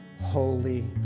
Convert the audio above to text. holy